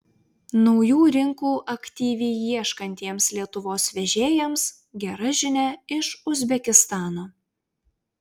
naujų rinkų aktyviai ieškantiems lietuvos vežėjams gera žinia iš uzbekistano